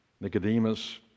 Nicodemus